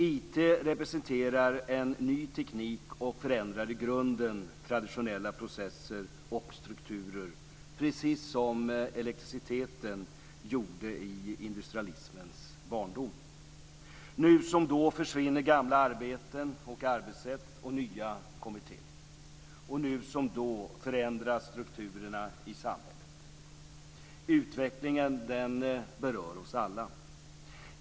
IT representerar en ny teknik och förändrar i grunden traditionella processer och strukturer, precis som elektriciteten gjorde i industrialismens barndom. Nu som då försvinner gamla arbeten och arbetssätt och nya kommer till. Nu som då förändras strukturerna i samhället. Utvecklingen berör oss alla.